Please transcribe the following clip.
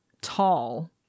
tall